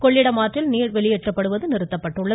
கொள்ளிடம் ஆற்றில் நீர் வெளியேற்றப்படுவது நிறுத்தப்பட்டுள்ளது